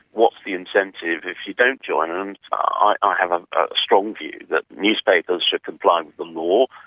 what's the incentive if you don't join? and ah i ah have ah a strong view that newspapers should comply with the law.